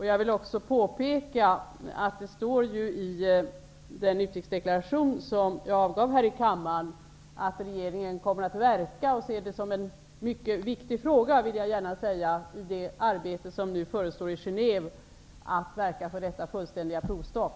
Jag vill också påpeka att det står i den utrikespolitiska deklaration som jag i dag har avgivit här i kammaren att regeringen kommer att se det som en mycket viktig fråga, i det arbete som nu förestår i Genève, att verka för detta fullständiga provstopp.